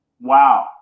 wow